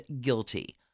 guilty